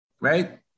right